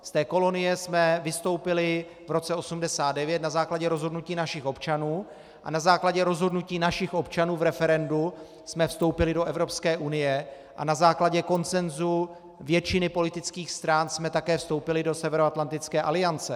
Z té kolonie jsme vystoupili v roce 1989 na základě rozhodnutí našich občanů a na základě rozhodnutí našich občanů v referendu jsme vstoupili do Evropské unie a na základě konsenzu většiny politických stran jsme také vstoupili do Severoatlantické aliance.